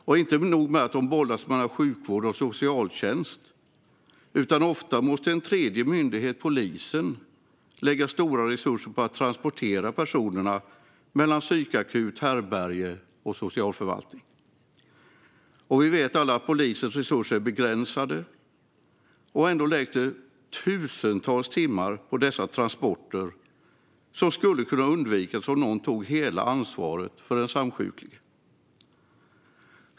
Och inte nog med att de bollas mellan sjukvård och socialtjänst - ofta måste en tredje myndighet, polisen, lägga stora resurser på att transportera personerna mellan psykakut, härbärge och socialförvaltning. Vi vet alla att polisens resurser är begränsade. Ändå läggs det tusentals timmar på dessa transporter, som skulle kunna undvikas om någon tog hela ansvaret för den samsjuklige.